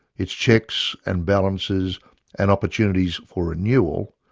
its checks and balances and opportunities for renewal,